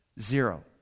Zero